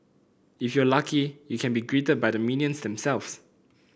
if you lucky you can be greeted by the minions themselves